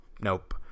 Nope